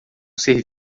ser